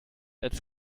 als